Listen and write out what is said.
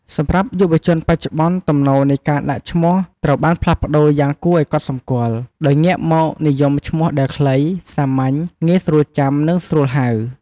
សម្រាប់យុវជនបច្ចុប្បន្ន ទំនោរនៃការដាក់ឈ្មោះត្រូវបានផ្លាស់ប្ដូរយ៉ាងគួរឲ្យកត់សម្គាល់ ដោយងាកមកនិយមឈ្មោះដែល ខ្លី សាមញ្ញ ងាយស្រួលចាំ និងស្រួលហៅ។